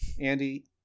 Andy